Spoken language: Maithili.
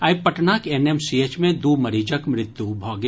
आइ पटनाक एनएमसीएच मे दू मरीजक मृत्यु भऽ गेल